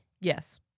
Yes